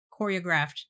choreographed